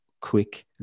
quick